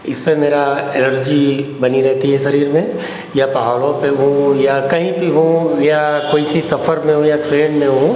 इससे मेरा एनर्जी बनी रहती है शरीर में या पहाड़ों पे हो या कहीं भी हो या कोई के सफ़र में या ट्रेन में हो